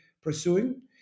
pursuing